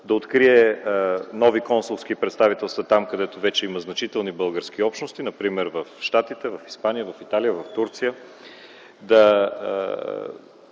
да открие нови консулски представителства там, където вече има значителни български общности, например в Щатите, в Испания, в Италия, в Турция, да